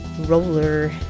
Roller